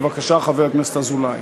בבקשה, חבר הכנסת אזולאי.